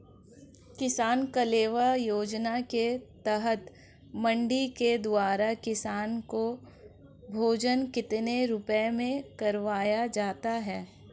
किसान कलेवा योजना के तहत मंडी के द्वारा किसान को भोजन कितने रुपए में करवाया जाता है?